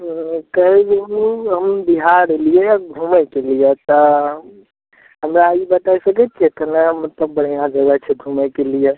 कहै रहौँ कि हम बिहार अएलिए यऽ घुमैके लिए तऽ हमरा ई बतै सकै छिए कतए मतलब बढ़िआँ जगह छै घुमैके लिए